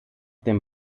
dem